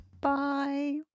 Bye